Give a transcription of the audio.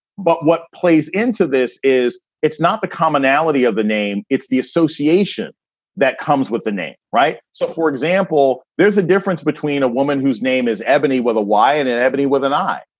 but what plays into this is it's not the commonality of the name. it's the association that comes with the name. right. so, for example, there's a difference between a woman whose name is ebony with a y and and ebony with an eye.